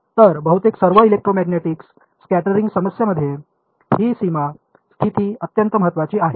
तर बहुतेक सर्व इलेक्ट्रोमॅग्नेटिक स्कॅटरिंग समस्यांमध्ये ही सीमा स्थिती अत्यंत महत्वाची आहे